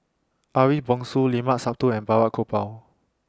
Ariff Bongso Limat Sabtu and Balraj Gopal